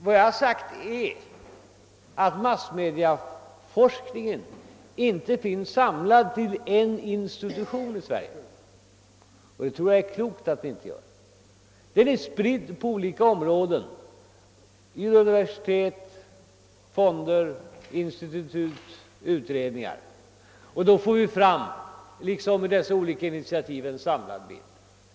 Vad jag har sagt är att massmediaforskningen inte finns samlad hos en institution i Sverige, och det tror jag är klokt. Den är spridd till universitet, fonder, institut, utredningar o. s. v. Och ur dessa olika initiativ får vi fram en samlad bild.